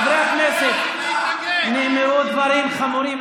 חברי הכנסת, נאמרו דברים חמורים.